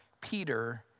Peter